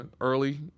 early